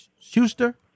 Schuster